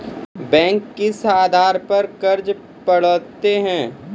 Bank किस आधार पर कर्ज पड़तैत हैं?